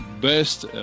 Best